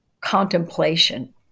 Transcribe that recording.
contemplation